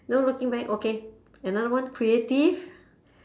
no looking back okay another one creative